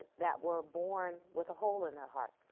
ah that were born with a hole in their heart,